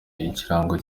ikirango